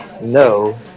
No